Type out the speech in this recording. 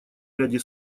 ряде